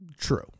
True